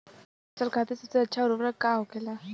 फसल खातीन सबसे अच्छा उर्वरक का होखेला?